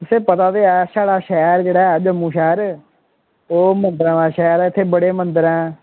तुसें ई पता गै साढ़ा शैह्र ऐ जेह्का जम्मू शैह्र ओह् मंदरां दा शैह्र ऐ इत्थें बहोत मंदर न